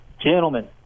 Gentlemen